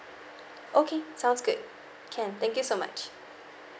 okay sounds good can thank you so much